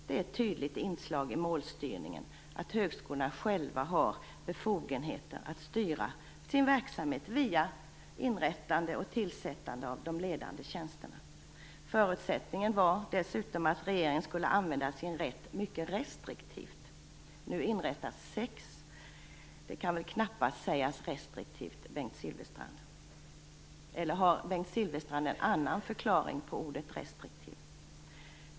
Det är ett tydligt inslag i målstyrningen att högskolorna själva har befogenheter att styra sin verksamhet via inrättande och tillsättande av de ledande tjänsterna. Dessutom var förutsättningen för detta att regeringen skulle använda sin rätt mycket restriktivt. Men nu inrättas sex professurer, vilket knappast kan sägas vara restriktivt, Bengt Silfverstrand! Eller har han någon annan förklaring till ordet restriktivt än vad jag har?